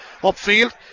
upfield